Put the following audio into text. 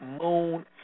moon